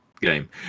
game